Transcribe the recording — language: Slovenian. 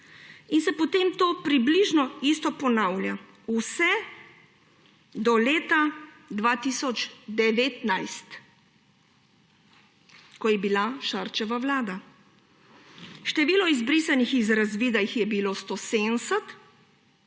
In se potem to približno enako ponavlja vse do leta 2019, ko je bila Šarčeva vlada. Število izbrisanih iz razvida je bilo 170,